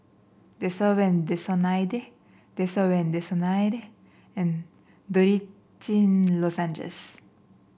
Desowen Desonide Desowen Desonide and Dorithricin Lozenges